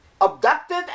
abducted